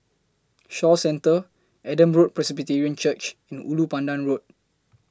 Shaw Centre Adam Road Presbyterian Church and Ulu Pandan Road